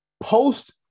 Post